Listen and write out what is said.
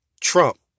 Trump